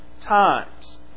times